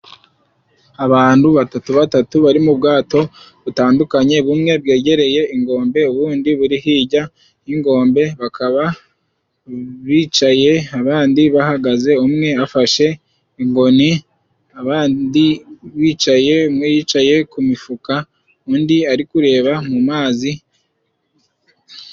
Abantu batatu batatu bari mu bwato butandukanye, bumwe bwegereye ingombe, ubundi buri hirya y'ingombe, bakaba bicaye abandi bahagaze, umwe afashe ingoni, abandi bicaye, umwe yicaye ku mifuka undi ari kureba mu mazi.